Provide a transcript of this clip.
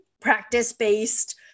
practice-based